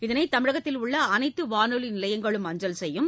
இதனை தமிழகத்தில் உள்ள அனைத்து வானொலி நிலையங்களும் அஞ்சல் செய்யும்